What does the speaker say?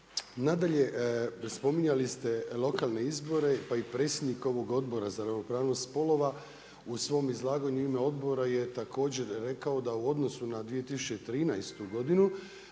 Nadalje, spominjali ste lokalne izbore pa i predsjednika ovog Odbra za ravnopravnost spolova. U svom izlaganju u ime odbora je također rekao da u odnosu na 2013. godinu,